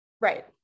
Right